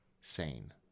sane